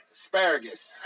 asparagus